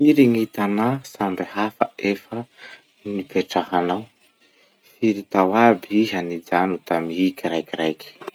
Firy gny tanà samby hafa efa nipetrahanao? Firy tao iaby iha nijano tamy ii kiraikiraiky?